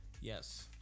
Yes